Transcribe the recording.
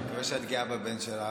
אני מקווה שאת גאה בבן שלך,